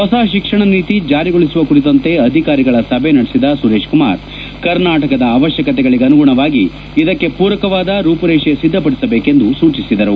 ಹೊಸ ಶಿಕ್ಷಣ ನೀತಿ ಜಾರಿಗೊಳಿಸುವ ಕುರಿತಂತೆ ಅಧಿಕಾರಿಗಳ ಸಭೆ ನಡೆಸಿದ ಸುರೇಶ್ ಕುಮಾರ್ ಕರ್ನಾಟಕದ ಅವಶ್ಯಕತೆಗಳಿಗನುಗುಣವಾಗಿ ಇದಕ್ಕೆ ಪೂರಕವಾದ ರೂಪುರೇಷ ಸಿದ್ದಪಡಿಸಬೇಕೆಂದು ಸೂಚಿಸಿದರು